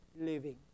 living